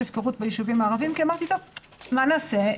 הפקרות ביישובים הערביים כי אמרתי: מה נעשה?